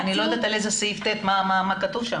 --- אני לא יודעת מה כתוב בסעיף ח'.